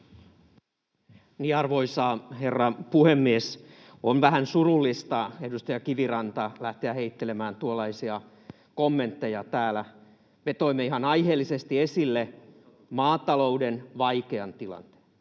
Arvoisa herra puhemies! On vähän surullista, edustaja Kiviranta, lähteä heittelemään tuollaisia kommentteja täällä. Me toimme ihan aiheellisesti esille maatalouden vaikean tilanteen.